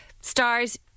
Stars